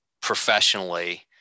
professionally